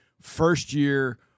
first-year